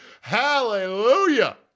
Hallelujah